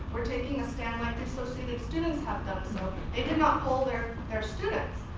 we're taking a stand like the associated students have done. so they did not poll their their students.